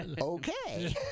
Okay